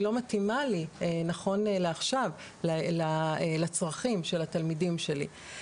לא מתאימה לי נכון לעכשיו לצרכים של התלמידים שלי.